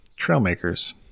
Trailmakers